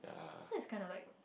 so it's kind of like